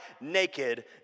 naked